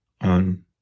on